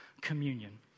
communion